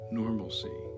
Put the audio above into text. normalcy